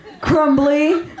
crumbly